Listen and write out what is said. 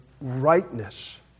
rightness